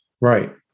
Right